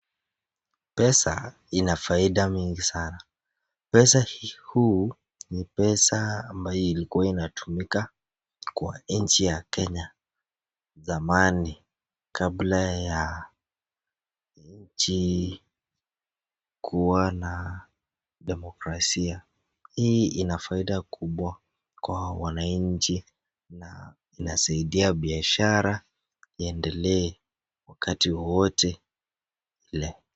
Pesa infaida mingi sana, pesa huu ni pesa ambayo ilikuwa inatumika kwa inchi ya Kenya zamani kabla ya inchi kuwa na demokrasia. Hii inafaida kubwa sana kwa wanaichi na inasaidia biashara iendelee wakati wowote ule.